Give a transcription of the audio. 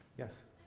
yes?